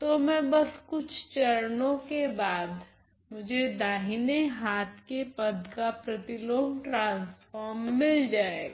तो मैं बस कुछ चरणों के बाद मुझे दाहिने हाथ के पद का प्रतिलोम ट्रांसफोर्म मिल जाएगा